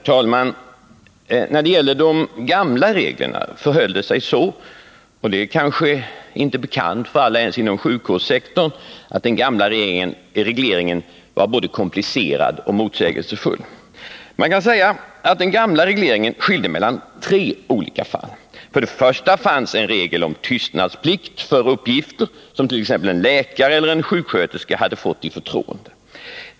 Herr talman! När det gäller de gamla reglerna förhöll det sig så — det kanske inte är bekant ens för alla inom sjukvårdssektorn — att de var både komplicerade och motsägelsefulla. De gamla reglerna skilde mellan tre olika fall. För det första var det regeln om tystnadsplikt för uppgifter som t.ex. en läkare eller en sjuksköterska fått i förtroende.